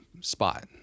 spot